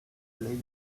little